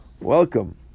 Welcome